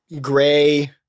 gray